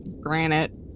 granite